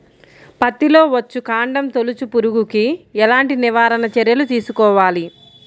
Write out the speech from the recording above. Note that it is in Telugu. పత్తిలో వచ్చుకాండం తొలుచు పురుగుకి ఎలాంటి నివారణ చర్యలు తీసుకోవాలి?